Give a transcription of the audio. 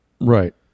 Right